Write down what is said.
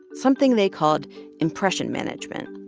something they called impression management.